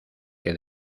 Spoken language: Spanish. que